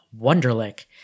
Wunderlich